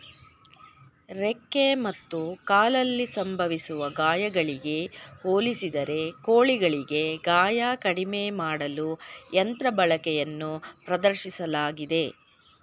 ರೆಕ್ಕೆ ಮತ್ತು ಕಾಲಲ್ಲಿ ಸಂಭವಿಸುವ ಗಾಯಗಳಿಗೆ ಹೋಲಿಸಿದರೆ ಕೋಳಿಗಳಿಗೆ ಗಾಯ ಕಡಿಮೆ ಮಾಡಲು ಯಂತ್ರ ಬಳಕೆಯನ್ನು ಪ್ರದರ್ಶಿಸಲಾಗಿದೆ